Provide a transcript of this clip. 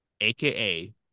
aka